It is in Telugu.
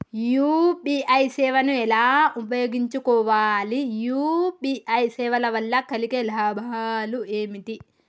యూ.పీ.ఐ సేవను ఎలా ఉపయోగించు కోవాలి? యూ.పీ.ఐ సేవల వల్ల కలిగే లాభాలు ఏమిటి?